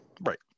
right